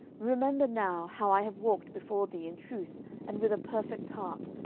remember now how i have walked before thee in truth and with a perfect heart,